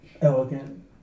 elegant